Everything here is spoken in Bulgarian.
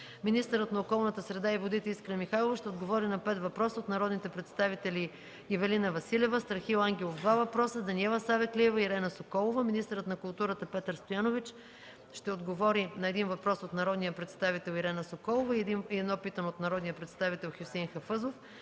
Министърът на околната среда и водите Искра Михайлова ще отговори на пет въпроса от народните представители Ивелина Василева, Страхил Ангелов – два въпроса, Даниела Савеклиева и Ирена Соколова. Министърът на културата Петър Стоянович ще отговори на един въпрос от народния представител Ирена Соколова и на едно питане от народния представител Хюсеин Хафъзов.